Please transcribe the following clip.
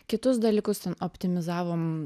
kitus dalykus ten optimizavom